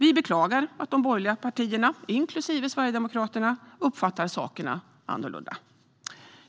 Vi beklagar att de borgerliga partierna inklusive Sverigedemokraterna uppfattar sakerna annorlunda.